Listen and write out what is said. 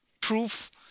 proof